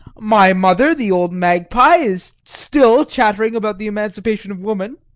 my mother, the old magpie, is still chattering about the emancipation of woman,